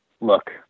look